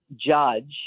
judge